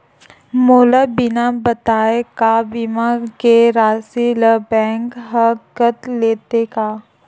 मोला बिना बताय का बीमा के राशि ला बैंक हा कत लेते का?